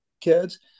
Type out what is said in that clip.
kids